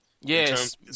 Yes